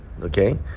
okay